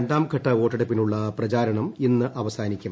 രണ്ടാംഘട്ട വോട്ടെടുപ്പിനുള്ള പ്രചരണം ഇന്ന് അവസാനിക്കും